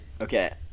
okay